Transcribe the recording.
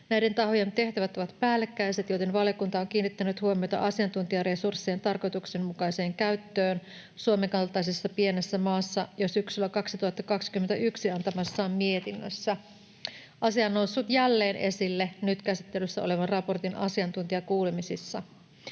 Näiden tahojen tehtävät ovat päällekkäiset, joten valiokunta on kiinnittänyt huomiota asiantuntijaresurssien tarkoituksenmukaiseen käyttöön Suomen kaltaisessa pienessä maassa jo syksyllä 2021 antamassaan mietinnössä. Asia on noussut jälleen esille nyt käsittelyssä olevan raportin asiantuntijakuulemisissa.